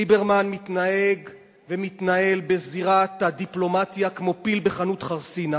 ליברמן מתנהג ומתנהל בזירת הדיפלומטיה כמו פיל בחנות חרסינה.